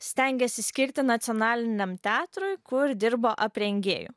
stengėsi skirti nacionaliniam teatrui kur dirbo aprengėju